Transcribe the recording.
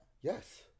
Yes